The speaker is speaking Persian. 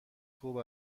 خوب